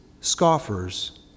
scoffers